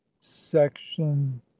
section